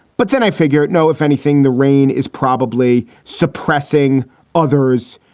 but then i figure it know if anything, the rain is probably suppressing others.